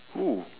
who